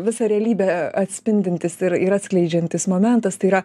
visą realybę atspindintis ir ir atskleidžiantis momentas tai yra